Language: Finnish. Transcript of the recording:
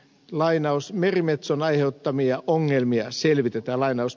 merimetson aiheuttamia ongelmia selvitetään